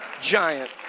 giant